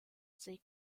ses